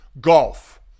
golf